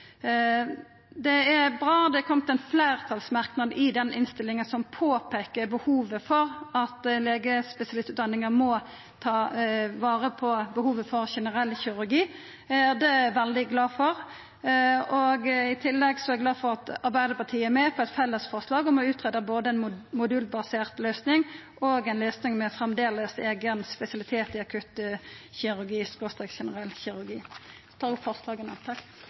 Det er bra at det har kome ein fleirtalsmerknad i innstillinga som peikar på behovet for at legespesialistutdanninga må ta vare på behovet for generell kirurgi. Det er eg veldig glad for. I tillegg er eg glad for at Arbeidarpartiet er med på eit fellesforslag om å utgreia både ei modulbasert løysing og ei løysing med framleis eigen spesialitet i akuttkirurgi/generell kirurgi. Eg tar opp forslaga